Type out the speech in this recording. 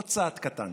עוד צעד קטן